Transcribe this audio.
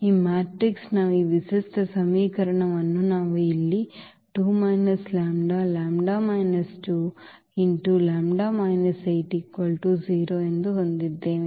ಈ ಮ್ಯಾಟ್ರಿಕ್ಸ್ನ ಈ ವಿಶಿಷ್ಟ ಸಮೀಕರಣವನ್ನು ನಾವು ಇಲ್ಲಿ 2 λ λ 2 λ 8 0 ಎಂದು ಹೊಂದಿದ್ದೇವೆ